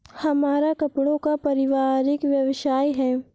हमारा कपड़ों का पारिवारिक व्यवसाय है